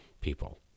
people